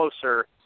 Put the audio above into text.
closer –